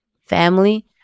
family